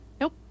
Nope